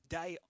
day